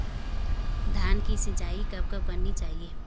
धान की सिंचाईं कब कब करनी चाहिये?